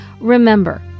Remember